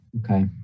Okay